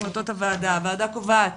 החלטות הוועדה: הוועדה קובעת